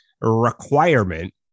requirement